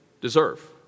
deserve